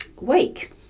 wake